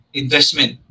investment